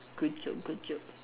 good joke good joke